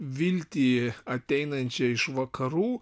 viltį ateinančią iš vakarų